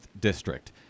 District